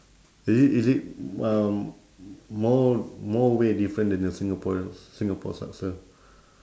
is it is it um more more way different than the singaporean singapore's laksa